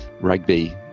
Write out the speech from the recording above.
Rugby